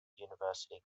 university